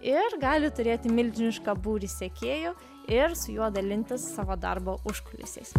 ir gali turėti milžinišką būrį sekėjų ir su juo dalintis savo darbo užkulisiais